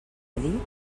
dalí